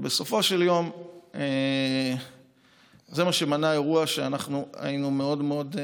בסופו של יום זה מה שמנע אירוע שהיינו מאוד מאוד,